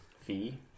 fee